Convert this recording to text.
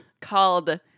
called